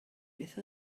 beth